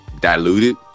diluted